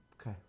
okay